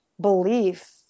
belief